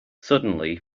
suddenly